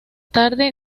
tarde